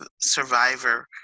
survivor